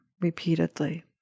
repeatedly